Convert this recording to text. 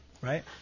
right